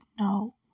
no